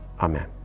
Amen